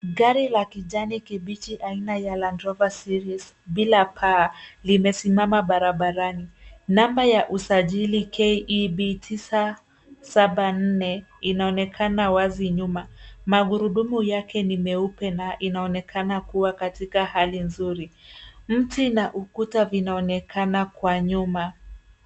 Gari la kijani kibichi aina ya Land Rover series bila paa limesimama barabarani namba ya usajili KEB 974 inaonekana wazi nyuma, magurudumu yake ni meupe na na inaonekana kuwa katika hali nzuri .Mti na ukuta vinaonekana kwa nyuma